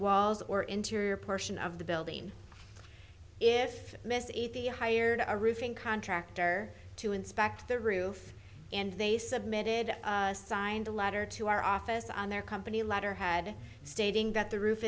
walls or interior portion of the building if the hired a roofing contractor to inspect the roof and they submitted a signed a letter to our office on their company letterhead stating that the roof